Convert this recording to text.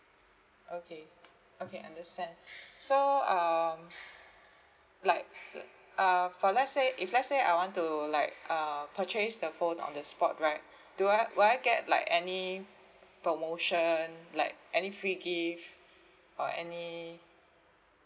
okay okay understand so um like uh for let's say if let's say I want to like uh purchase the phone on the spot right do I will I get like any like promotion like any free gift or any